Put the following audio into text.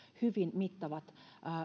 hyvin mittavat